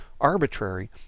arbitrary